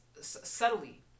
subtly